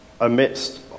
amidst